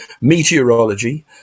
meteorology